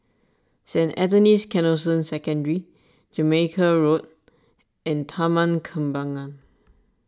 Saint Anthony's Canossian Secondary Jamaica Road and Taman Kembangan